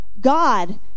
God